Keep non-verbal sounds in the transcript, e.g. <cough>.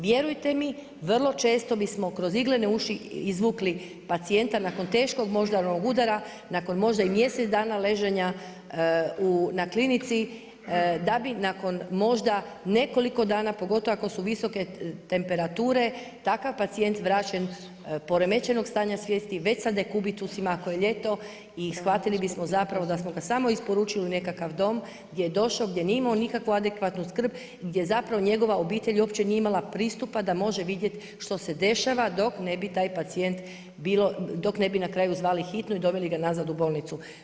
Vjerujte mi vrlo često bismo kroz iglene uši izvukli pacijenta nakon teškog moždanog udara, nakon možda i mjesec dana ležanja na klinici, da bi nakon možda nekoliko dana, pogotovo ako su visoke temperature, takav pacijent vraćen poremećenog stanja svijesti … <unintelligible> i shvatili bismo zapravo da smo ga samo isporučili u nekakav dom, gdje je došao, gdje nije imao nikakvu adekvatnu skrb, gdje zapravo, njegova obitelj nije imala pristupa da može vidjeti što se dešava, dok ne bi taj pacijent, dok ne bi na kraju zavali hitnu i doveli ga nazad u bolnicu.